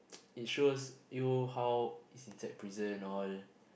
it shows you how it's inside prison all